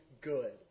good